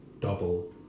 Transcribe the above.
double